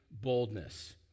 boldness